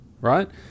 right